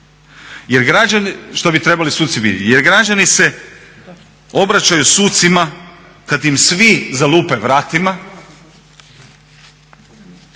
jer građani se obraćaju sucima kada im svi zalupe vratima